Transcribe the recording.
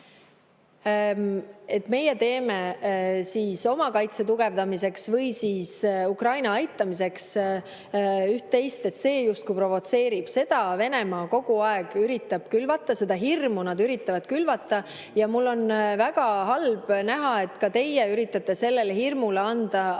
meie teeme oma kaitse tugevdamiseks või Ukraina aitamiseks üht-teist, see justkui provotseerib, seda hirmu Venemaa kogu aeg üritab külvata. Nad üritavad hirmu külvata ja mul on väga halb näha, et ka teie üritate sellele hirmule anda hagu